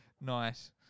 Nice